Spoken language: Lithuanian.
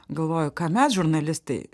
galvoju ką mes žurnalistai